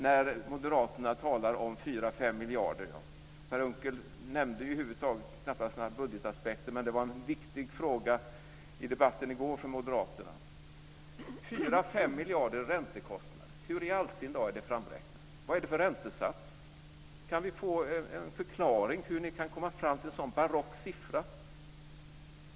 När moderaterna talar om 4-5 miljarder i räntekostnader - Per Unckel nämnde knappast några budgetaspekter, men det var en viktig fråga i debatten i går för moderaterna: Hur i allsin dar är det framräknat? Vad är det för räntesats? Kan vi få en förklaring till hur ni kan komma fram till en sådan barock siffra?